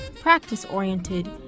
practice-oriented